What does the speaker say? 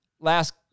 last